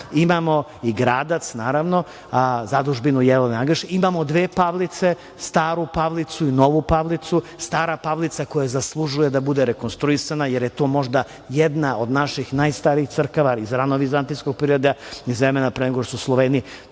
imamo i Gradac, zadužbinu Jelene Anžujske. Imamo dve Pavlice, Staru Pavlicu, Novu Pavlicu. Stara Parlica koja zaslužuje da bude rekonstruisana, jer je to možda jedna od naših najstarijih crkava, iz ranog Vizantijskog perioda iz vremena pre nego što su Sloveni